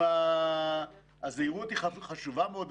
הזהירות היא חשובה ביותר,